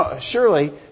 Surely